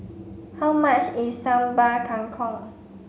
how much is Sambal Kangkong